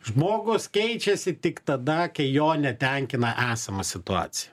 žmogus keičiasi tik tada kai jo netenkina esama situacija